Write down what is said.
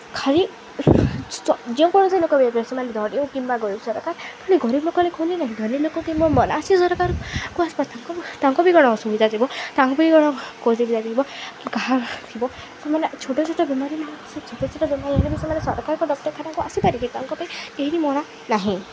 ଖାଲି ଯେଉଁ କୌଣସି ଲୋକ ବି ଯାଇପାରିବେ ସେମାନେ ଧନୀ ହଉ କିମ୍ବା ଗରିବ ସରକାର ଖାଲି ଗରିବ ଲୋକଙ୍କ ପାଇଁ ଖୋଲିନି ନାହିଁ ଧନୀ ଲୋକ କେ ମନା ଅଛି ସରକାରଙ୍କ ଆସପ ତା ତାଙ୍କୁ ବି କ'ଣ ଅସୁବିଧା ଯିବ ତାଙ୍କୁ ବି କ'ଣ କୋଉ ଅସୁବିଧା ଥିବ କାହା ଥିବ ସେମାନେ ଛୋଟ ଛୋଟ ବେମାରୀ ଛୋଟ ଛୋଟ ବେମାରୀ ହେଲେ ବି ସେମାନେ ସରକାରଙ୍କ ଡକ୍ଟରଖାନାକୁ ଆସିପାରିବେ ତାଙ୍କ ପାଇଁ କେହି ବି ମନା ନାହିଁ